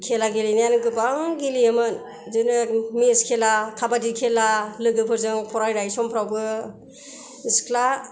खेला गेलेनायानो गोबां गेलेयोमोन बिदिनो मेस खेला काबादि खेला लोगोफोरजों फरायनाय समफ्रावबो सिख्ला